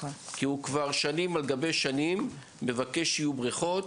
כי כבר שנים רבות מבקש שיהיו בריכות.